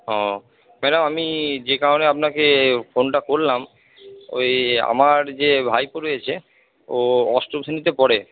ও madam আমি যে কারণে আপনাকে ফোনটা করলাম ওই আমার যে ভাইপো রয়েছে ও অষ্টম শ্রেণিতে পড়ে